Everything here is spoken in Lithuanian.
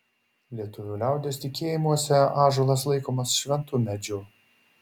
lietuvių liaudies tikėjimuose ąžuolas laikomas šventu medžiu